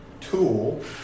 tool